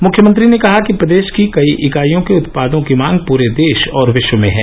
मुख्यमंत्री ने कहा कि प्रदेश की कई इकाइयों के उत्पादों की मांग पूरे देश और विश्व में है